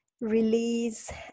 Release